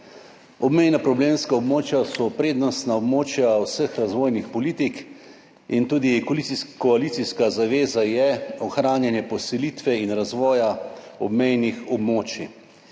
Obmejna problemska območja so prednostna območja vseh razvojnih politik in tudi koalicijska zaveza je ohranjanje poselitve in razvoja obmejnih območij.